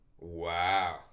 Wow